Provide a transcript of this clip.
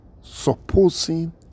supposing